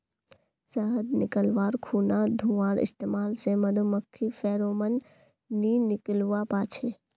शहद निकाल्वार खुना धुंआर इस्तेमाल से मधुमाखी फेरोमोन नि निक्लुआ पाछे